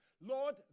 Lord